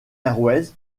airways